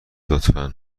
لطفا